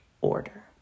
order